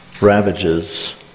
ravages